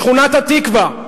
שכונת התקווה,